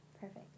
Perfect